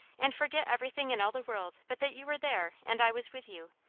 and forget everything in all the world but that you were there and i was with you,